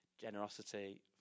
Generosity